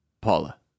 Paula